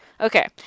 okay